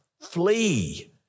Flee